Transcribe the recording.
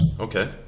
Okay